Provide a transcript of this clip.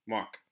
Mark